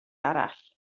arall